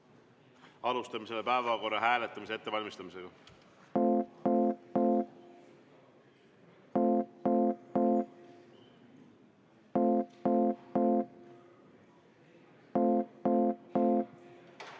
Alustame päevakorra hääletamise ettevalmistamist.